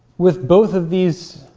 with both of these,